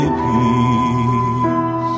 peace